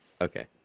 Okay